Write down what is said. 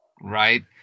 right